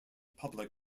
public